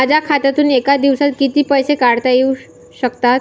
माझ्या खात्यातून एका दिवसात किती पैसे काढता येऊ शकतात?